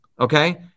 Okay